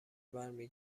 برمی